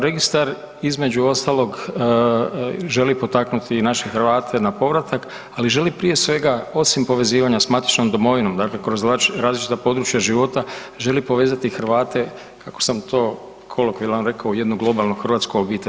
Registar, između ostalog, želi potaknuti naše Hrvate na povratak, ali želi prije svega, osim povezivanja s matičnom domovinom, dakle kroz različita područja života, želi povezati Hrvate, kako sam to kolokvijalno rekao, u jednu globalnu hrvatsku obitelj.